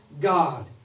God